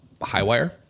Highwire